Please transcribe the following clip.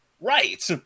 right